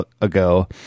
ago